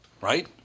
right